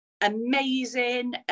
amazing